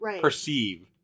perceive